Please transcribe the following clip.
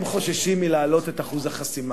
הם חוששים מהעלאת אחוז החסימה,